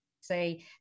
say